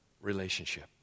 relationship